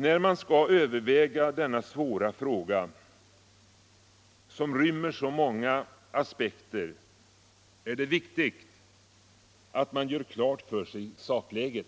När man skall överväga denna svåra fråga som rymmer så många aspekter är det viktigt att man gör klart för sig sakläget.